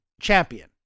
champion